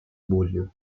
болью